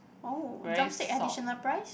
oh drumstick additional price